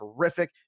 terrific